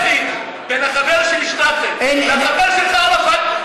ההבדל היחיד בין החבר שלי שטראכה לחבר שלך ערפאת,